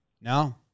No